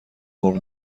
مرغ